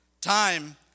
Time